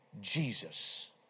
Jesus